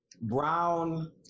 Brown